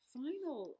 final